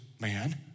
man